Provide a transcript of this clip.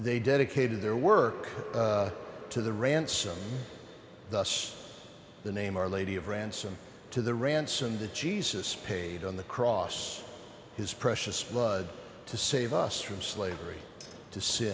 they dedicated their work to the ransom thus the name our lady of ransom to the ransom to jesus paid on the cross his precious blood to save us from slavery to si